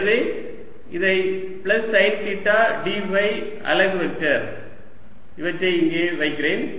எனவே இதை plus sine theta d phi அலகு வெக்டர் இவற்றை இங்கே வைக்கிறேன்